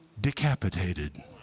decapitated